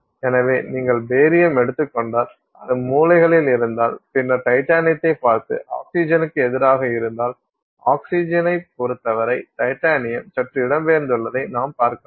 எனவே நீங்கள் பேரியம் எடுத்துக் கொண்டால் அது மூலைகளில் இருந்தால் பின்னர டைட்டானியத்தைப் பார்த்து ஆக்ஸிஜனுக்கு எதிராக இருந்தால் ஆக்ஸிஜனைப் பொறுத்தவரை டைட்டானியம் சற்று இடம்பெயர்ந்துள்ளதை நாம் பார்க்கலாம்